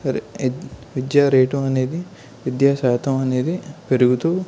విద్యా రేటు అనేది విద్యా శాతం అనేది పెరుగుతూ